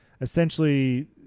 essentially